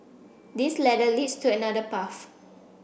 this ladder leads to another path